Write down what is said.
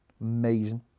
amazing